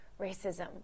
racism